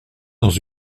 dans